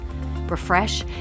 Refresh